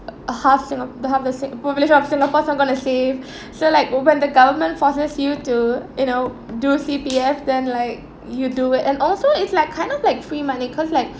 uh half singa~ the half of sing~ population of singapore are gonna save so like when the government forces you to you know do C_P_F then like you do it and also it's like kind of like free money cause like